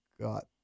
got